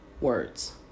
words